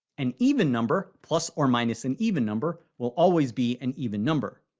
an even number plus or minus an even number will always be an even number.